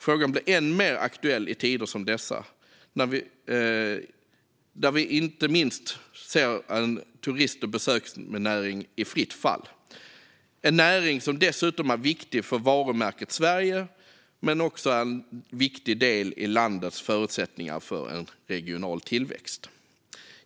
Frågan blir ännu mer aktuell i tider som dessa när vi ser en turist och besöksnäring i fritt fall, en näring som dessutom är viktig både för varumärket Sverige och som en viktig del i landets förutsättningar för en regional tillväxt.